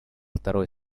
второй